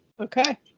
Okay